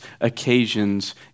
occasions